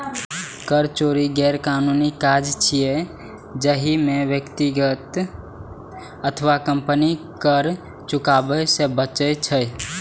कर चोरी गैरकानूनी काज छियै, जाहि मे व्यक्ति अथवा कंपनी कर चुकाबै सं बचै छै